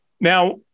Now